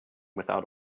without